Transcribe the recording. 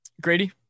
Grady